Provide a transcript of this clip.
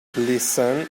listen